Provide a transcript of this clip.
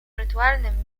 rytualnym